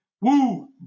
Woo